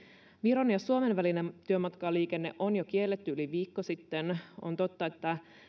viron ja suomen välinen työmatkaliikenne on jo kielletty yli viikko sitten on totta että